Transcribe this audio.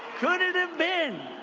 could it have been?